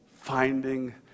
Finding